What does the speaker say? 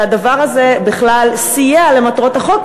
שהדבר הזה בכלל סייע למטרות החוק,